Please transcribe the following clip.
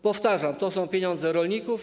Powtarzam, to są pieniądze rolników.